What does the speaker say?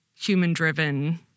human-driven